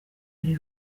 iri